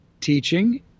teaching